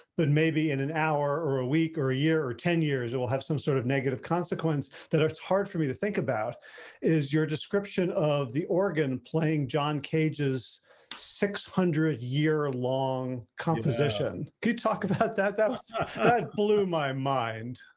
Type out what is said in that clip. but maybe in an hour or a week or a year or ten years, it will have some sort of negative consequence that it's hard for me to think about is your description of the oregon playing john cage's six hundred year long composition could talk about that. that blew my mind.